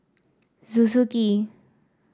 Suzuki